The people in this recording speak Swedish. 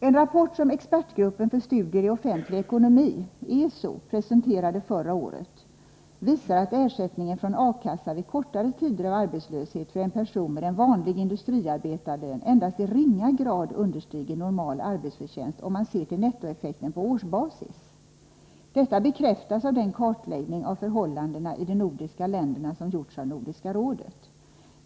En rapport som expertgruppen för studier i offentlig ekonomi, ESO, presenterade förra året visar att ersättningen från A-kassa vid kortare tider av arbetslöshet för en person med en vanlig industriarbetarlön endast i ringa grad understiger normal arbetsförtjänst, om man ser till nettoeffekten på årsbasis. Detta bekräftas av den kartläggning av förhållandena i de nordiska länderna som gjorts av Nordiska rådet.